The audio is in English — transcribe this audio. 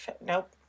Nope